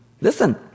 Listen